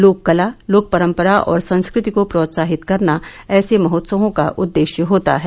लोक कला लोक परम्परा और संस्कृति को प्रोत्साहित करना ऐसे महोत्सवों का उददेश्य होता है